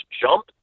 jump